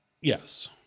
Yes